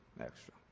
extra